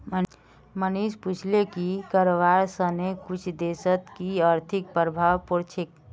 मनीष पूछले कि करवा सने कुन देशत कि आर्थिक प्रभाव पोर छेक